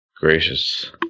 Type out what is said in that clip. gracious